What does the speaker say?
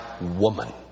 woman